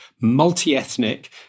multi-ethnic